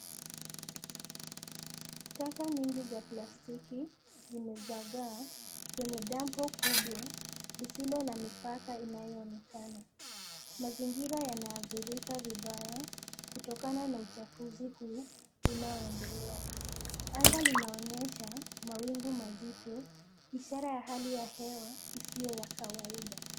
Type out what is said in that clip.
Taka nyingi za plastiki zimezagaa kwenye dampo kubwa lisilo na mipaka inayoonekana. Mazingira yanaathirika vibaya kutokana na uchafuzi huu unaoendelea. Anga linaonyesha mawingu mazito ishara ya hali ya hewa isiyo ya kawaida.